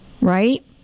right